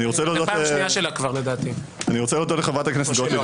זו פעם השנייה שלה כבר, לדעתי, או שלא.